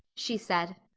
she said.